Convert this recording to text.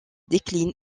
décline